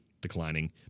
declining